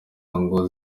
ngo